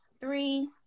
three